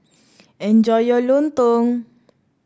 enjoy your lontong